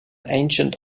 ancient